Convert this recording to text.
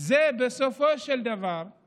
בסופו של דבר זה